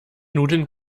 nudeln